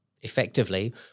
effectively